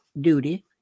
duty